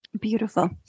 Beautiful